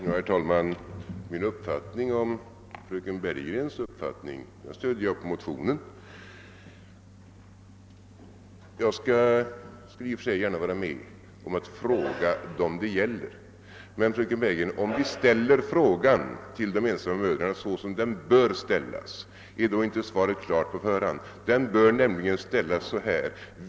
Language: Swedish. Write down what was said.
Herr talman! Min uppfattning om fröken Bergegrens uppfattning stöder jag på motionerna. Jag skall i och för sig gärna vara med om att fråga dem det gäller. Men, fröken Bergegren, om vi ställer frågan till de ensamma mödrarna så som den bör ställas, är då inte svaret klart på förhand? Frågan bör nämligen ställas så här!